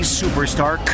superstar